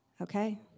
Okay